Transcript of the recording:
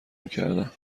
میکردم